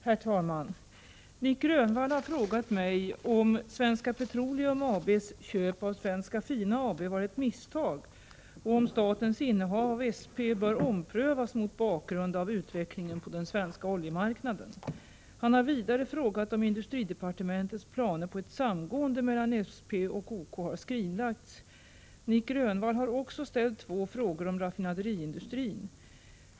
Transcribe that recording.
Herr talman! Nic Grönvall har frågat mig om Svenska Petroleum AB:s köp av Svenska Fina AB var ett misstag och om statens innehav av SP bör omprövas mot bakgrund av utvecklingen på den svenska oljemarknaden. Han har vidare frågat om industridepartementets planer på ett samgående mellan SP och OK har skrinlagts. Nic Grönvall har också ställt två frågor om raffinaderiindustrin.